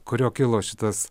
kurio kilo šitas